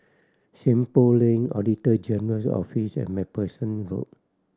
Seng Poh Lane Auditor General's Office and Macpherson Road